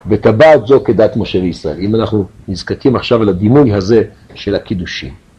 בטבעת זו כדת משה וישראל, אם אנחנו נזקיים עכשיו לדימוי הזה של הקידושים.